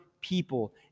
people